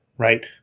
Right